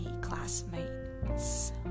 classmates